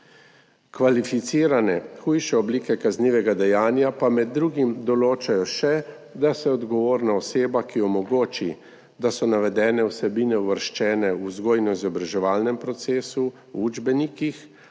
Kvalificirane hujše oblike kaznivega dejanja pa med drugim določajo še, da se odgovorna oseba, ki omogoči, da so navedene vsebine uvrščene v vzgojno-izobraževalnem procesu v učbenikih,